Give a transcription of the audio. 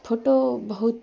photo بہت